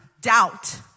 doubt